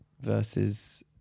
versus